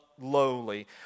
lowly